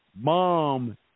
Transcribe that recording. Mom